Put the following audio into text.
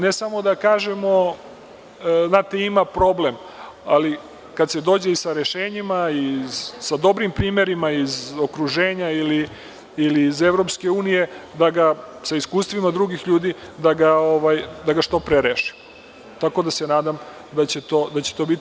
Ne samo da kažemo – znate, ima problem, ali da se dođe i sa rešenjima i sa dobrim primerima iz okruženja ili iz EU, da se sa iskustvima drugih ljudi što pre reše, tako da se nadam da će to biti.